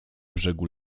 brzegu